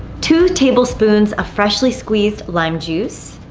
two tablespoons of freshly squeezed lime juice,